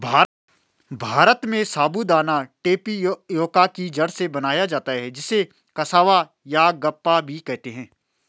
भारत में साबूदाना टेपियोका की जड़ से बनाया जाता है जिसे कसावा यागप्पा भी कहते हैं